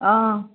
অঁ